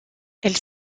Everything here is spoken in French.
elle